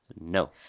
No